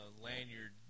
lanyard